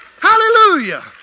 Hallelujah